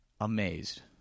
Amazed